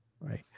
right